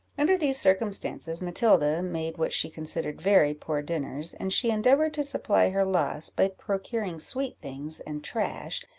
under these circumstances, matilda made what she considered very poor dinners, and she endeavoured to supply her loss by procuring sweet things and trash,